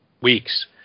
weeks